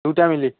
দুটা মিলি